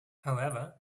however